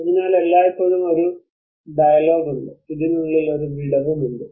അതിനാൽ എല്ലായ്പ്പോഴും ഒരു ഡയലോഗ് ഉണ്ട് ഇതിനുള്ളിൽ ഒരു വിടവും ഉണ്ട്